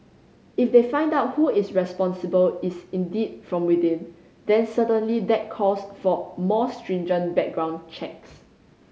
if they find out who is responsible is indeed from within then certainly that calls for more stringent background checks